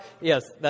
yes